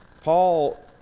Paul